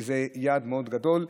זה יעד מאוד גדול.